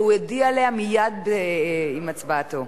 והוא הודיע עליה מייד עם הצבעתו.